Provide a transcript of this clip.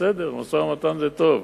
בסדר, משא-ומתן זה טוב.